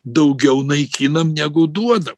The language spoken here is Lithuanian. daugiau naikinam negu duoda